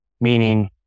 Meaning